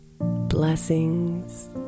blessings